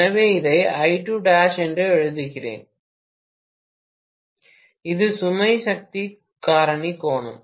எனவே இதை I2' என்று எழுதுகிறேன் இது சுமை சக்தி காரணி கோணம்